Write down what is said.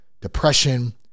depression